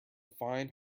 fine